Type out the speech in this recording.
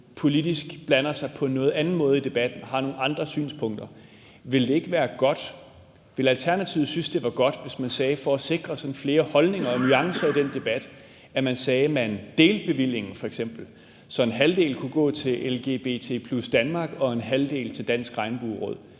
politisk blander sig på en noget anden måde i debatten og har nogle andre synspunkter. Ville Alternativet synes, at det ville være godt for at sikre flere holdninger og nuancer i den debat, hvis man f.eks. delte bevillingen, så en halvdel kunne gå til LGBT+ Danmark og en halvdel til Dansk Regnbueråd?